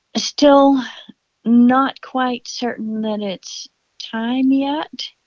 ah still not quite certain that it's time yet.